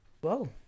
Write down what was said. whoa